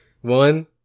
One